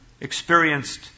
experienced